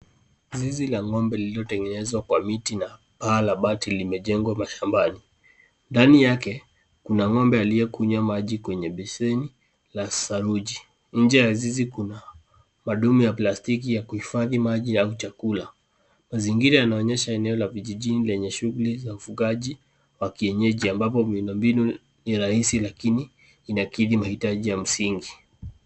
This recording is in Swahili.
Zizi la ng'ombe lililotengenezwa kwa miti na paa la bati limejengwa mashambani ndani yake kuna ngombe aliyekunywa maji kwenye besheni la saruji nje ya zizi kuna mtungi ya plastiki ya kuifadhi maji au chakula mazingira inaonyesha eneo la vijijini lenye shughuli za ufugaji wa kienyeji ambazo una mbinu raisi lakini inakidhi maitaji ya msingi .